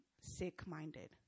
sick-minded